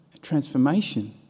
transformation